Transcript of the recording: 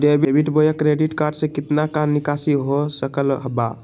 Debit बोया credit card से कितना का निकासी हो सकल बा?